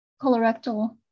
colorectal